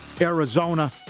arizona